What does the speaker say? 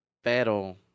Pero